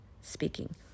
speaking